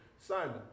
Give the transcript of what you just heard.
Simon